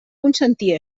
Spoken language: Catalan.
consentir